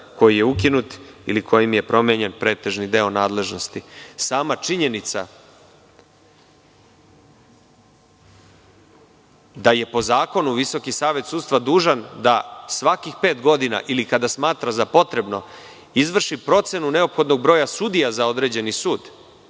koji je ukinut ili kojim je promenjen pretežni deo nadležnosti. Sama činjenica da je po zakonu Visoki savet sudstva dužan da svakih pet godina ili kada smatra za potrebno izvrši procenu neophodnog broja sudija za određeni sud,